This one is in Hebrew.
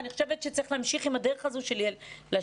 אני חושבת שצריך להמשיך עם הדרך הזו של לשבת,